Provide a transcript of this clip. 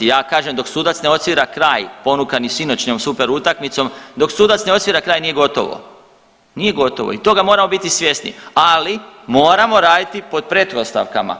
Ja kažem dok sudac ne odsvira kraj ponukan i sinoćnom super utakmicom, dok sudac ne odsvira kraj nije gotovo, nije gotovo i toga moramo biti svjesni, ali moramo raditi pod pretpostavkama.